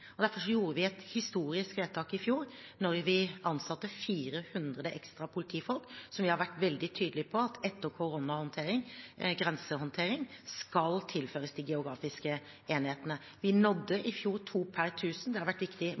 Derfor gjorde vi et historisk vedtak i fjor, da vi ansatte 400 ekstra politifolk, som vi har vært veldig tydelige på at etter koronahåndteringen, grensehåndteringen, skal tilføres de geografiske enhetene. Vi nådde i fjor to per tusen. Det har vært et viktig